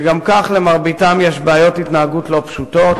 שגם כך למרביתם יש בעיות התנהגות לא פשוטות.